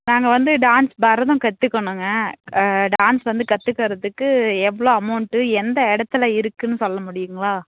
நாங்கள் வந்து டான்ஸ் பரதம் கற்றுக்கணுங்க டான்ஸ் வந்து கற்றுக்கறதுக்கு எவ்வளோ அமௌண்ட்டு எந்த இடத்துல இருக்குதுன்னு சொல்ல முடியுங்களா